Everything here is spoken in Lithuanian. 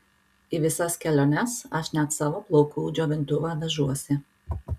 į visas keliones aš net savo plaukų džiovintuvą vežuosi